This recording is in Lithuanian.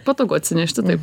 patogu atsinešti taip